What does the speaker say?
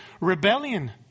rebellion